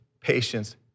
patience